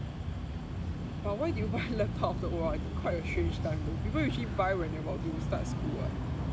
but why did you buy laptop after you O_R_D quite a strange time though people usually buy when they are about to start school [what]